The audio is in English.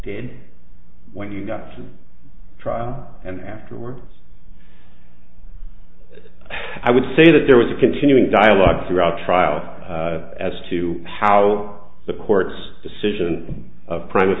did when you got to trial and afterwards i would say that there was a continuing dialogue throughout the trial as to how the court's decision of pri